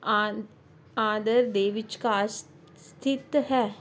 ਆ ਆ ਆਦਰ ਦੇ ਵਿਚਕਾਰ ਸਥਿਤ ਹੈ